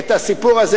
אותם.